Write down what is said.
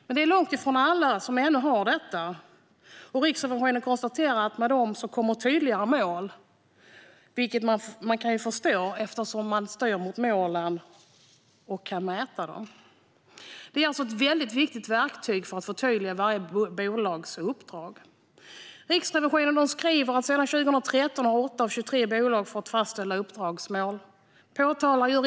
Men det är fortfarande långt ifrån alla som har uppdragsmål. Riksrevisionen konstaterar att de leder till tydligare mål, vilket är förståeligt, eftersom man styr mot målen och kan mäta dem. Detta är alltså ett väldigt viktigt verktyg för att förtydliga varje bolags uppdrag. Riksrevisionen skriver att 8 av 23 bolag har fått fastställda uppdragsmål sedan 2013.